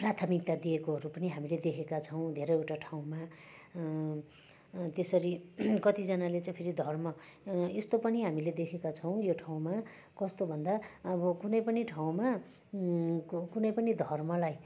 प्राथमिकता दिएकोहरू पनि हामीले देखेँका छौँ धेरैवटा ठाउँमा त्यसरी कतिजानाले चाहिँ फेरि धर्म यस्तो पनि हामीले देखेका छौँ यो ठाउँमा कस्तो भन्दा अब कुनै पनि ठाउँमा कु कुनै पनि धर्मलाई